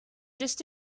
just